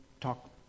talk